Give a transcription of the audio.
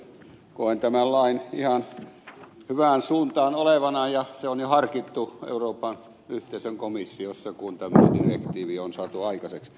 koen tämän lain ihan hyvään suuntaan olevana ja se on jo harkittu euroopan yhteisön komissiossa kun tämä direktiivi on saatu aikaiseksi